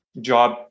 job